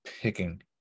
picking